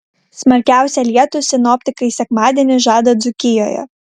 smarkiausią lietų sinoptikai sekmadienį žada dzūkijoje